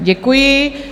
Děkuji.